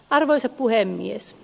arvoisa puhemies